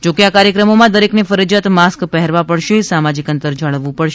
જો કે આ કાર્યક્રમોમાં દરેકને ફરજિયાત માસ્ક પહેરવા પડશે સામાજિક અંતર જાળવવું પડશે